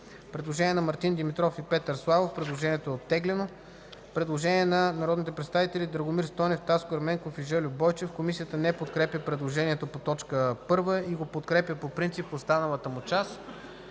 представители Мартин Димитров и Петър Славов. Предложението е оттеглено. Предложение от народните представители Драгомир Стойнев, Таско Ерменков и Жельо Бойчев. Комисията не подкрепя предложението по т. 1 и го подкрепя по принцип в останалата част.